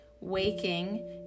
Waking